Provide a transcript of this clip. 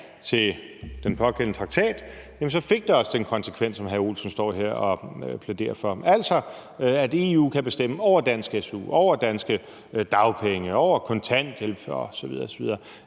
til den pågældende traktat, fik det også den konsekvens, som hr. Mads Olsen står her og plæderer for, altså at EU kan bestemme over dansk su, danske dagpenge, dansk kontanthjælp osv. osv.